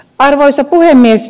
arvoisa puhemies